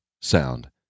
sound